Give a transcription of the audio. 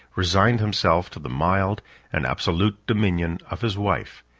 resigned himself to the mild and absolute dominion of his wife,